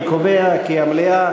אני קובע כי המליאה